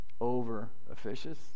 over-officious